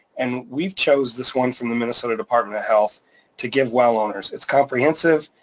and we've chose this one from the minnesota department of health to give well owners. it's comprehensive.